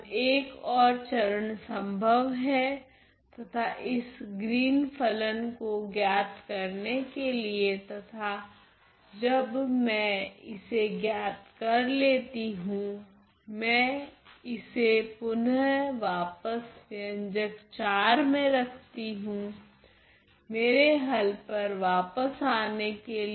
अब एक ओर चरण संभव है तथा इस ग्रीन फलन को ज्ञात करने के लिए तथा जब मैं इसे ज्ञात कर लेती हूँ मैं इसे पुनः वापस व्यंजक IV में रखती हूँ मेरे हल पर वापस आने के लिए